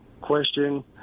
question